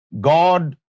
God